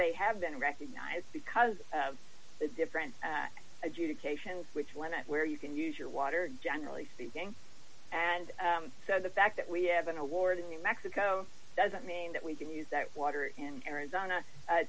they have been recognized because of the different adjudication which when it where you can use your water generally speaking and the fact that we have an award in new mexico doesn't mean that we can use that water in arizona